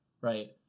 right